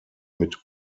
mit